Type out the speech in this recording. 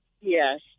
Yes